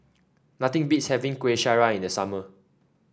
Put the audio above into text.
nothing beats having Kueh Syara in the summer